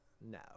no